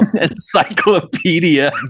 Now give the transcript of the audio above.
encyclopedia